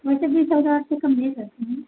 वैसे भी कल रात से करती है